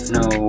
no